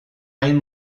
ein